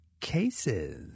cases